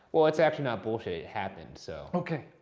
well, it's actually not bullshit. it happened, so. okay.